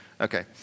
okay